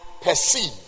perceive